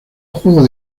juego